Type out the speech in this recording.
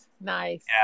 Nice